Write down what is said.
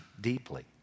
deeply